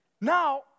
Now